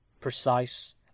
precise